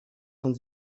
von